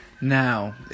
Now